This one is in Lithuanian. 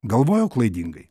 galvojau klaidingai